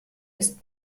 ist